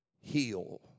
heal